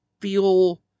feel